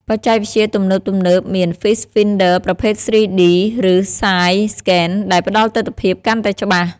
បច្ចេកវិទ្យាទំនើបៗមាន Fish Finder ប្រភេទ 3D ឬ Side-scan ដែលផ្តល់ទិដ្ឋភាពកាន់តែច្បាស់។